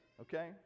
okay